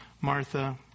Martha